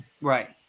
right